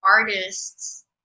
artists